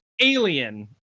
Alien